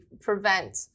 prevent